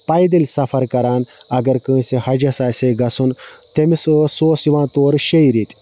پیدٔل سَفَر کَران اَگر کٲنٛسہِ حَجَس آسہِ ہہَ گَژھُن تٔمِس اوس سُہ اوس یِوان تورٕ شیٚیہ ریٚتۍ